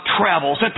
travels